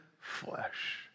flesh